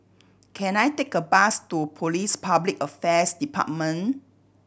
can I take a bus to Police Public Affairs Department